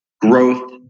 growth